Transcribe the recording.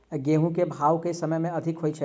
गेंहूँ केँ भाउ केँ समय मे अधिक होइ छै?